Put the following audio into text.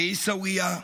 בעיסאוויה,